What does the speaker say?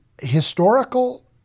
historical